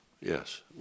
yes